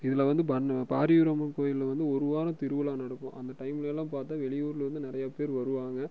இதில் வந்து பண் பாரியூர் அம்மன் கோயில் வந்து ஒரு வாரம் திருவிழா நடக்கும் அந்த டைம்லெல்லாம் பார்த்தா வெளியூரில் வந்து நிறைய பேர் வருவாங்க